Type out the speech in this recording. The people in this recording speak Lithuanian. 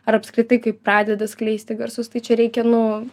ar apskritai kai pradeda skleisti garsus tai čia reikia nu